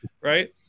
right